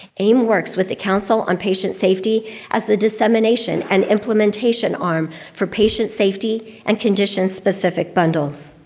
aim works with the council on patient safety as the dissemination and implementation arm for patient safety and condition-specific bundles.